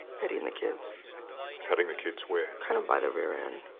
petting the kids petting the kids. we're kind of by the rear end.